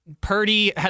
Purdy